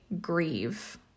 grieve